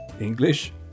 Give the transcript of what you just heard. English